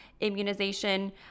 immunization